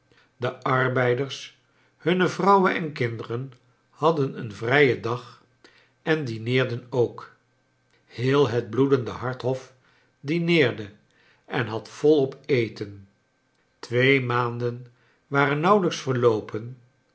de arbeiders hunne vrouwen en kinderen hadden een vrijen dag en dineerden ook heel het bloedende hart hof dineerde en had volop eten twee maanden waren nauwelijks verloopen